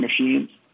machines